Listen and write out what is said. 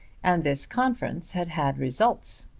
and this conference had had results.